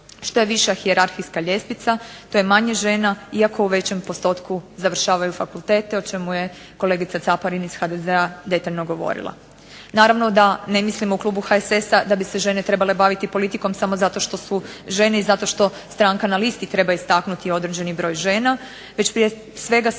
Što je viša hijerarhijska ljestvica, to je manje žena iako u većem postotku završavaju fakultete o čemu je kolegica Caparin iz HDZ-a detaljno govorila. Naravno da ne mislimo u Klubu HSS-a da bi se žene trebale baviti politikom samo zato što su žene i zato što stranka na listi treba istaknuti određeni broj žena, već prije svega